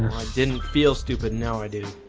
i didn't feel stupid now i do